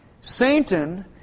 Satan